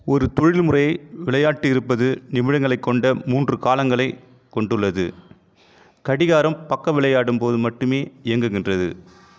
ஒரு தொழில்முறை விளையாட்டு இருப்பது நிமிடங்களைக் கொண்ட மூன்று காலங்களைக் கொண்டுள்ளது கடிகாரம் பக்க விளையாடும்போது மட்டுமே இயங்குகின்றது